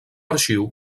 arxiu